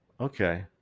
okay